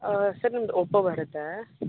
sir ನಮ್ದು Oppo ಬರುತ್ತೆ